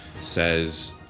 says